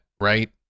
Right